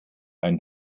ein